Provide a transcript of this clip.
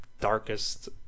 darkest